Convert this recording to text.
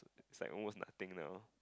is like almost nothing now